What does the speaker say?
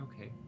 Okay